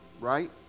Right